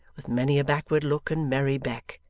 with many a backward look and merry beck,